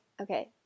okay